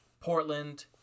Portland